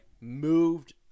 moved